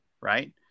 right